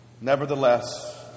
Nevertheless